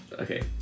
Okay